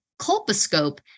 colposcope